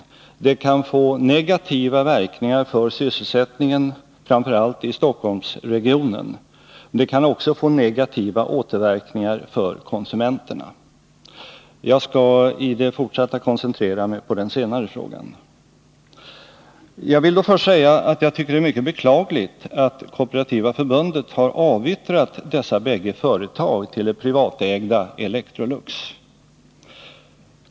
Det kan få negativa verkningar för sysselsättningen, framför allt i Stockholmsregionen. Det kan också få Nr 29 negativa återverkningar för konsumenterna. Jag skall i det fortsatta koncentrera mig på den senare frågan. Jag vill först säga att jag tycker det är mycket beklagligt att Kooperativa förbundet har avyttrat dessa bägge företag till det privatägda Electrolux.